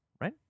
Right